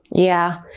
yeah,